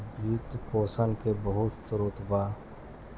वित्त पोषण के बहुते स्रोत बा